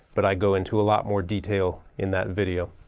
but i go into a lot more detail in that video.